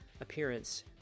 appearance